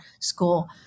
school